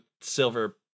silver